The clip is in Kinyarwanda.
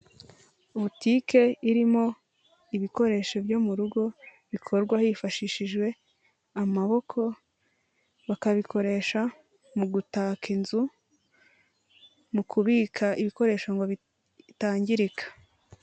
Butike irimo ibikoresho byo mu rugo bikorwa hifashishijwe amaboko bakabikoresha mu gutaka inzu mu kubika ibikoresho ngo bitangirika.